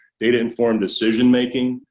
data-informed decision-making,